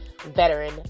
veteran